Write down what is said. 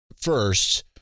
first